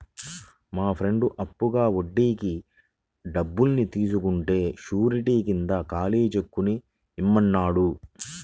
మా ఫ్రెండు అప్పుగా వడ్డీకి డబ్బుల్ని తీసుకుంటే శూరిటీ కింద ఖాళీ చెక్కుని ఇమ్మన్నాడు